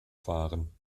fahren